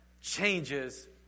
changes